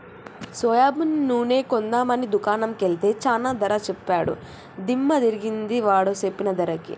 soybean నూనె కొందాం అని దుకాణం కెల్తే చానా ధర సెప్పాడు దిమ్మ దిరిగింది వాడు సెప్పిన ధరకి